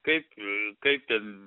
kaip kaip ten